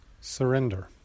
surrender